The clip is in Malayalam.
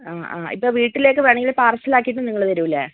ആ ആ ഇപ്പോൾ വിട്ടീലേക്ക് വേണമെങ്കിൽ പാർസൽ അക്കിയിട്ടും നിങ്ങൾ തരും അല്ലേ